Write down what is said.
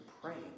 praying